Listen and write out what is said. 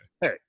Hey